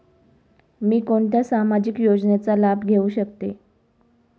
मी कोणत्या सामाजिक योजनेचा लाभ घेऊ शकते?